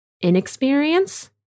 inexperience